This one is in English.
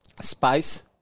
spice